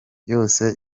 yose